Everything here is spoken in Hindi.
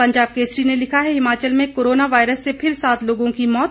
पंजाब केसरी ने लिखा है हिमाचल में कोरोना वायरस से फिर सात लोगों की मौत